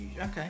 okay